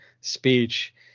speech